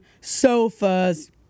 sofas